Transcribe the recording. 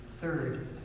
Third